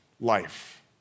life